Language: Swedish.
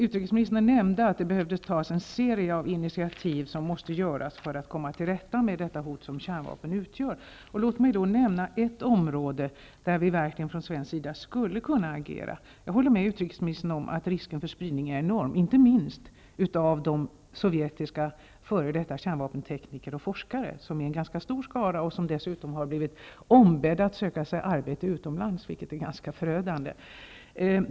Utrikesministern nämnde att det behövdes en serie initiativ för att komma tillrätta med det hot som kärnvapen utgör. Låt mig nämna ett område där vi från svensk sida skulle kunna agera. Jag håller med utrikesministern om att risken för spridning är enorm, inte minst med tanke på de f.d. sovjetiska kärnvapenteknikerna och forskarna. De är en stor skara, och de har dessutom blivit ombedda att söka sig arbete utomlands -- vilket kan vara ganska förödande.